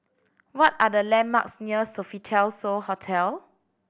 what are the landmarks near Sofitel So Hotel